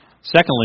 Secondly